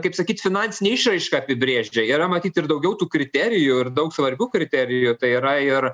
kaip sakyt finansinė išraiška apibrėžia yra matyt ir daugiau tų kriterijų ir daug svarbių kriterijų tai yra ir